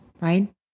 right